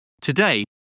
Today